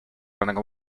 running